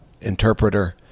interpreter